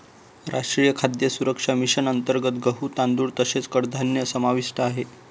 राष्ट्रीय खाद्य सुरक्षा मिशन अंतर्गत गहू, तांदूळ तसेच कडधान्य समाविष्ट आहे